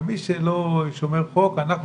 ומי שלא שומר חוק אנחנו,